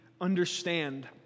understand